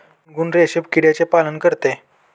गुनगुन रेशीम किड्याचे पालन करते